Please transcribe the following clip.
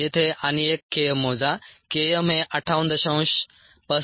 येथे आणि एक K m मोजा K m हे 58